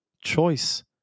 choice